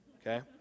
Okay